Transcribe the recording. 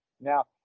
now